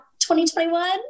2021